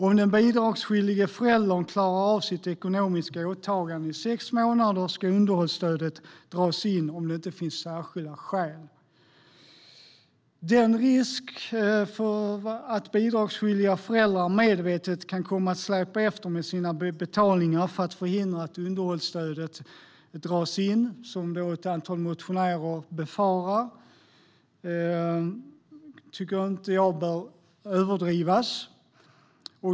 Om den bidragsskyldiga föräldern klarar av sitt ekonomiska åtagande i sex månader ska underhållstödet dras in om det inte finns särskilda skäl. Den risk för att bidragsskyldiga föräldrar medvetet kan komma att släpa efter med sina betalningar för att förhindra att underhållsstödet dras in, som ett antal motionärer befarar, bör inte överdrivas.